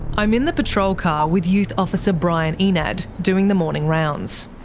i'm in the patrol car with youth officer brian enad, doing the morning rounds.